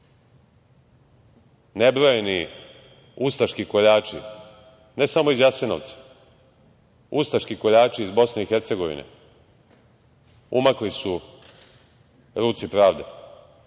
Nebrojeni ustaški koljači, ne samo iz Jasenovca, ustaški koljači iz BiH, umakli su ruci pravde. Da